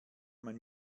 mein